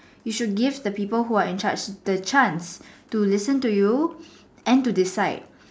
you should give the people who are in charge the chance to listen to you and to decide